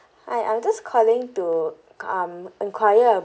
hi I'm just calling to um enquire